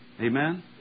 Amen